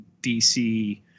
dc